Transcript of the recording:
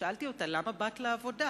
שאלתי אותה: למה באת לעבודה?